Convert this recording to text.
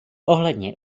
ohledně